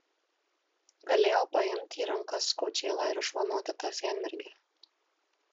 galėjau paimti į rankas kočėlą ir išvanoti tą senmergę